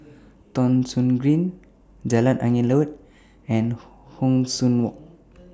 Thong Soon Green Jalan Angin Laut and Hong San Walk